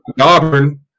Auburn